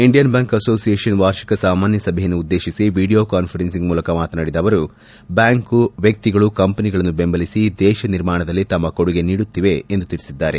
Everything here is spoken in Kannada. ಇಂಡಿಯನ್ ಬ್ಲಾಂಕ್ ಅಸೋಸಿಯೇಷನ್ ವಾರ್ಷಿಕ ಸಾಮಾನ್ಯ ಸಭೆಯನ್ನು ಉದ್ದೇಶಿಸಿ ವೀಡಿಯೋ ಕಾನ್ವರೆನ್ಸ್ ಮೂಲಕ ಮಾತನಾಡಿದ ಅವರು ಬ್ನಾಂಕು ವ್ಲಕ್ಷಿಗಳು ಕಂಪನಿಗಳನ್ನು ದೆಂಬಲಿಸಿ ದೇತ ನಿರ್ಮಾಣದಲ್ಲಿ ತಮ್ನ ಕೊಡುಗೆ ನೀಡುತ್ಸಿವೆ ಎಂದು ತಿಳಿಸಿದ್ದಾರೆ